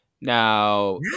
Now